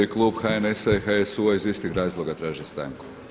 Klub HNS-a i HSU-a iz istih razloga traži stanku.